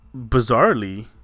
bizarrely